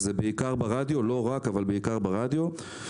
זה בעיקר ברדיו לא רק, אבל בעיקר ברדיו.